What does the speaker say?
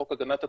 חוק הגנת הצרכן,